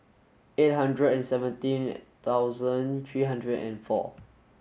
eight hundred and seventeen thousand three hundred and four